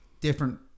different